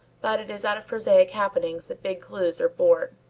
but it is out of prosaic happenings that big clues are born.